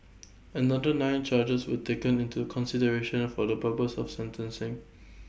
another nine charges were taken into consideration for the purpose of sentencing